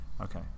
Okay